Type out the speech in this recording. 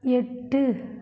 எட்டு